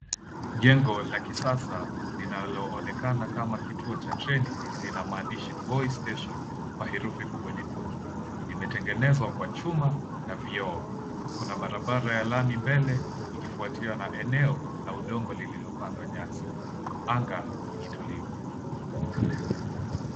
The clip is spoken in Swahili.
Jengo la kisasa linaloonekana kama kituo cha treni lina maandishi VOI STATION kwa herufi kubwa nyekundu. Limetengenezwa kwa chuma na vioo. Kuna barabara ya lami mbele ikifuatiwa na eneo la udongo lililopandwa nyasi. Anga ni tulivu.